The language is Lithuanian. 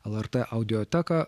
lrt audioteką